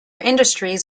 industries